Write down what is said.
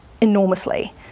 enormously